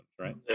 right